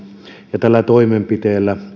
ja tällä toimenpiteellä